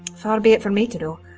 far be it for me to know,